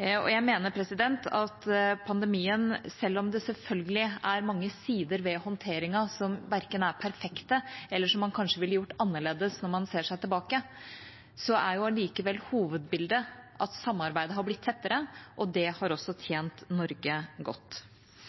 Jeg mener at selv om det selvfølgelig er mange sider ved håndteringen av pandemien som ikke er perfekte, eller som man kanskje ville gjort annerledes når man ser seg tilbake, er allikevel hovedbildet at samarbeidet har blitt tettere, og det har også tjent Norge godt.